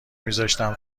میذاشتم